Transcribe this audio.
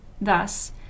Thus